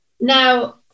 Now